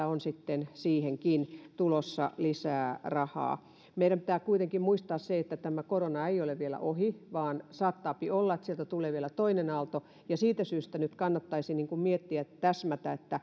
on siihenkin tulossa lisää rahaa meidän pitää kuitenkin muistaa että tämä korona ei ole vielä ohi vaan saattaa olla että sieltä tulee vielä toinen aalto ja siitä syystä nyt kannattaisi miettiä ja täsmätä